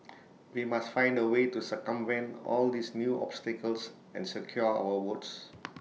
we must find A way to circumvent all these new obstacles and secure our votes